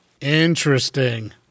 Interesting